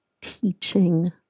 teaching